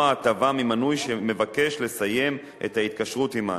הטבה ממנוי שמבקש לסיים את ההתקשרות עמן,